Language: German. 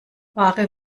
ware